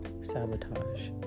sabotage